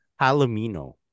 Palomino